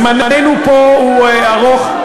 זמננו פה ארוך,